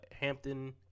hampton